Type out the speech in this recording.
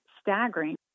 staggering